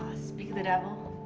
speak of the devil.